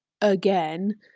again